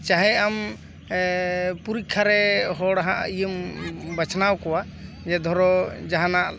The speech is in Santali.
ᱪᱟᱦᱮ ᱟᱢ ᱯᱚᱨᱤᱠᱠᱷᱟ ᱨᱮ ᱦᱚᱲ ᱮᱢ ᱵᱟᱪᱷᱱᱟᱣ ᱠᱚᱣᱟ ᱡᱮ ᱫᱷᱚᱨᱚ ᱡᱟᱦᱟᱱᱟᱜ